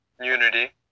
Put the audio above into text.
unity